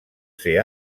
ser